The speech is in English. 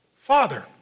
Father